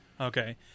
Okay